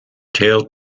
tail